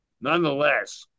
Nonetheless